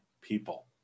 people